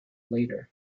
leader